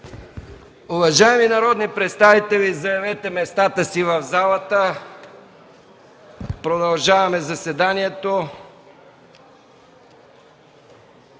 Уважаеми народни представители, заемете местата си в залата – продължава заседанието.